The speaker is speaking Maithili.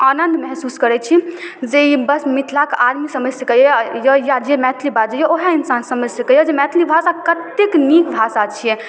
आनन्द महसूस करै छी जे बस ई मिथिलाके आदमी समझि सकैए या जे मैथिली बाजैए वएह इन्सान समझि सकैए जे मैथिली भाषा कतेक नीक भाषा छिए